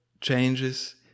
changes